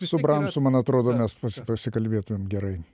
bet ir su bramsu man atrodo mes pasikalbėtumėm gerai